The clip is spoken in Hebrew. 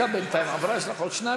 דקה בינתיים עברה, יש לך עוד שתיים.